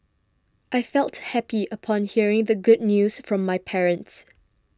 I felt happy upon hearing the good news from my parents